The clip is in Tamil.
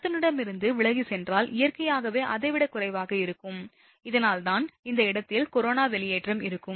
நடத்துனரிடமிருந்து விலகிச் சென்றால் இயற்கையாகவே அதை விட குறைவாக இருக்கும் இதனால் அந்த இடத்தில் கொரோனா வெளியேற்றம் இருக்கும்